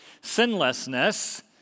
sinlessness